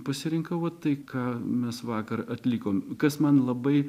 pasirinkau va tai ką mes vakar atlikom kas man labai